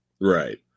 Right